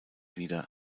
wieder